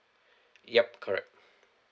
ya correct